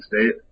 State